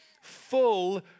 full